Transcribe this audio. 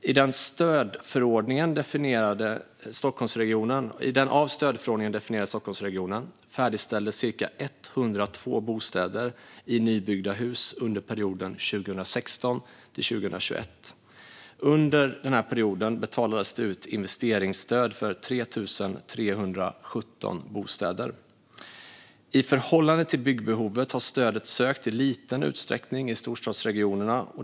I den av stödförordningen definierade Stockholmsregionen färdigställdes 102 bostäder i nybyggda hus under perioden 2016-2021. Under denna period betalades det ut investeringsstöd för 3 317 bostäder. I förhållande till byggbehovet har stödet sökts i liten utsträckning i storstadsregionerna.